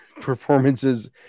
performances